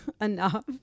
enough